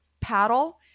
paddle